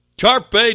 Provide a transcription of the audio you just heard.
Carpe